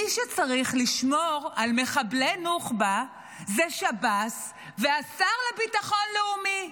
מי שצריך לשמור על מחבלי נוח'בה אלה שב"ס והשר לביטחון לאומי.